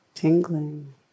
tingling